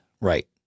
right